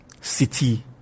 City